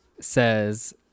says